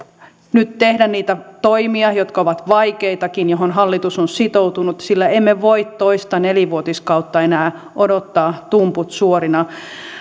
nyt tehdä niitä toimia jotka ovat vaikeitakin joihin hallitus on sitoutunut sillä emme voi toista nelivuotiskautta enää odottaa tumput suorina